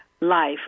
life